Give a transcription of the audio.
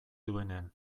duenean